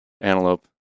antelope